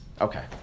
Okay